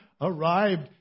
arrived